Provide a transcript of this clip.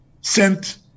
sent